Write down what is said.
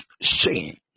shame